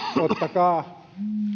ottakaa